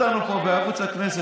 ראיינו אותנו פה בערוץ הכנסת,